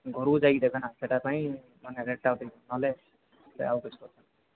ଘରକୁ ଯାଇକି ଦେବେ ନା ସେଇଟା ପାଇଁ ମାନେ ରେଟ୍ଟା ଅଧିକ ନହେଲେ ଆଉ କିଛି ନାହିଁ